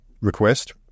request